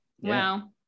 Wow